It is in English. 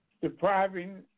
depriving